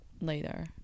later